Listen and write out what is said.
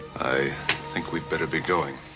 i think we'd better be going.